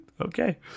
Okay